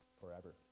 forever